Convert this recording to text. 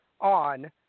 on